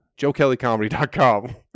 joekellycomedy.com